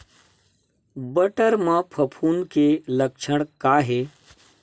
बटर म फफूंद के लक्षण का हे?